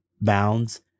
Bounds